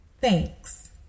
Thanks